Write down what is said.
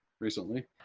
recently